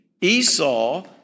Esau